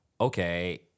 okay